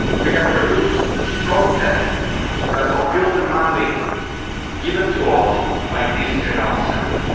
we have produced a strong text that fulfills a mandate given to us by this general assembly.